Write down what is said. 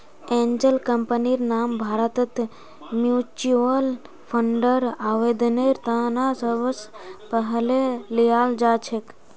angel कम्पनीर नाम भारतत म्युच्युअल फंडर आवेदनेर त न सबस पहले ल्याल जा छेक